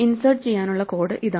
insert ചെയ്യാനുള്ള code ഇതാണ്